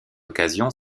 occasion